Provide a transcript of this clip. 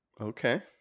Okay